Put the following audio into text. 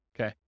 Okay